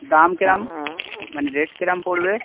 দাম কিরম মানে রেট কিরম পড়বে